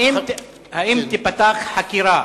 2. האם תיפתח חקירה